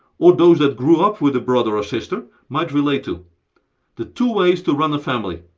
or those that grew up with a brother or sister, might relate to the two ways to run a family.